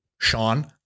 Sean